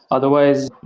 otherwise,